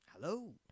Hello